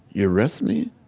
you arrest me,